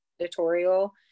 editorial